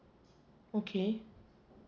okay